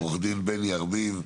עורך הדין בני ארביב.